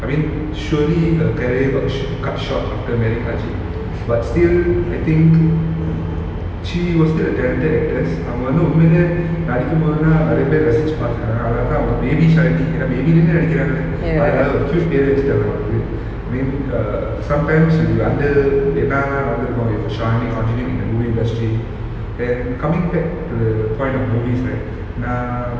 I mean surely her career got sh~ cut short after marry Ajith but still I think she was still a talented actress அவ வந்து உண்மையிலேயே நடிக்கும் போது தான் நிறைய பேரு ரசிச்சு பார்துருக்காங்க அழகா:ava vanthu unmaiyilaye nadikum pothu thaan niraiya peru rasichu paarthurukaanga azhaga baby shaalini ங்கிற:ngira baby ல இருந்து நடிக்கிறாங்களே அதுனால ஒரு:la irunthu nadikiraangale adhunala oru cute பேரே வச்சிட்டாங்க அவங்களுக்கு:pere vachitaanga avangaluku I mean err sometimes அந்த என்ன தான் நடந்திருக்கும்:antha enna thaan nadanthirukum if shaalini continued in the movie industry then coming back to the point of movies right nah